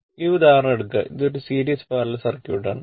ഈ ഉദാഹരണം എടുക്കുക അത് ഒരു സീരീസ് പാരലൽ സർക്യൂട്ട് ആണ്